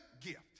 gift